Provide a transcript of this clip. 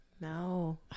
No